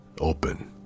open